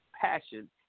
passion